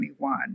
2021